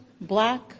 black